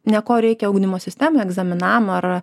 ne ko reikia ugdymo sistemai egzaminam ar